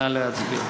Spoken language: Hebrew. נא להצביע.